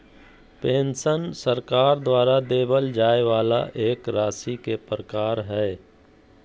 pension सरकार द्वारा देबल जाय वाला एक राशि के प्रकार हय